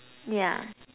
yeah